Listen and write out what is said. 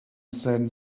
send